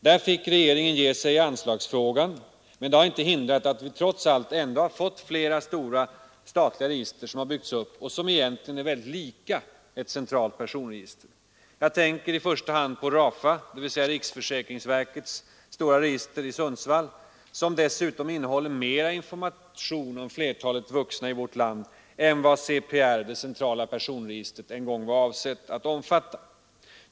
Där fick regeringen ge sig i anslagsfrågan, men det har inte hindrat att vi trots allt ändå har fått flera stora statliga register som har byggts upp och som egentligen är väldigt lika ett centralt personregister. Jag tänker i första hand på RAFA, dvs. riksförsäkringsverkets register i Sundsvall, som innehåller betydligt mer information om flertalet vuxna i vårt land än vad CPR — det centrala personregistret — en gång var avsett att omfatta.